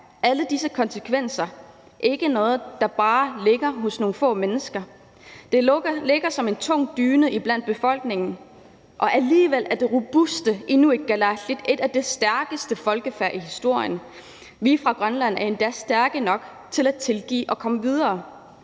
alle disse konsekvenser ikke noget, der bare ligger hos nogle få mennesker. Det ligger som en tung dyne i befolkningen, og alligevel er det robuste kalaallit/inuit et af de stærkeste folkefærd i historien. Vi fra Grønland er endda stærke nok til at tilgive og komme videre,